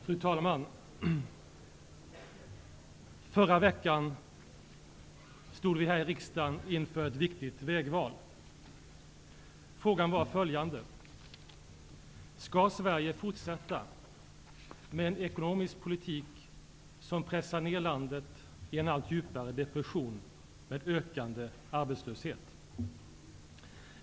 Fru talman! Förra veckan stod vi här i riksdagen inför ett viktigt vägval. Frågorna var följande. Skall Sverige fortsätta med en ekonomisk politik som pressar ner landet in i en allt djupare depression med ökande arbetslöshet?